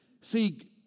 See